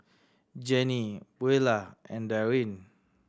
Jenny Beulah and Darin